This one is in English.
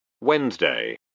Wednesday